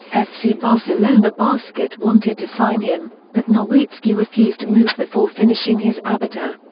fc barcelona basquet wanted to sign him, but nowitzki refused to move before finishing his abitur.